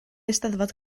eisteddfod